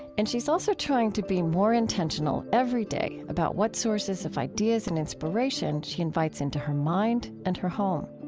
and she's also trying to be more intentional every day about what sources of ideas and inspiration she invites into her mind and her home